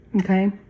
Okay